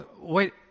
Wait